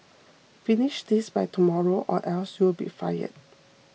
finish this by tomorrow or else you'll be fired